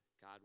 God